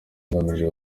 ngamije